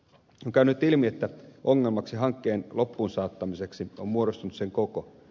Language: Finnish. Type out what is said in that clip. on käynyt ilmi että ongelmaksi hankkeen loppuun saattamiseksi on muodostunut sen koko